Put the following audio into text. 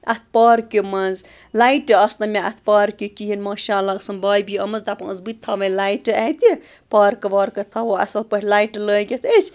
اَتھ پارکہِ منٛز لایٹہِ آسہٕ نہٕ مےٚ اَتھ پارکہِ کِہیٖنۍ ماشاء اللہ ٲسٕم بھابھی آمٕژ دَپان ٲس بہٕ تہِ تھاوَے لایٹہِ اَتہِ پارکہٕ وارکہٕ تھاوو اصٕل پٲٹھۍ لایٹہِ لٲگِتھ أسۍ